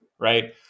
right